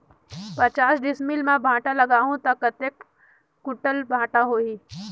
पचास डिसमिल मां भांटा लगाहूं ता कतेक कुंटल भांटा होही?